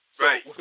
Right